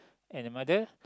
and the mother